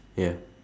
ya